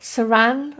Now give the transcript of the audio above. Saran